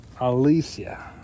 Alicia